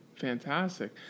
fantastic